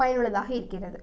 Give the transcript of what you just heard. பயனுள்ளதாக இருக்கிறது